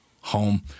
Home—